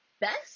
best